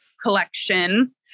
collection